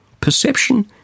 Perception